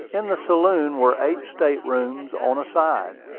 in the saloon were eight state-rooms on a side,